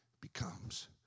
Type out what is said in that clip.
becomes